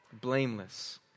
blameless